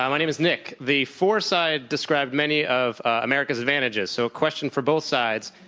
yeah my name is nick. the four side described many of america's advantages. so question for both sides.